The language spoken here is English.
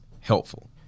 helpful